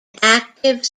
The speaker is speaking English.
active